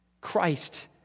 Christ